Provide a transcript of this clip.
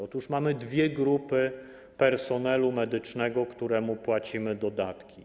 Otóż mamy dwie grupy personelu medycznego, któremu płacimy dodatki.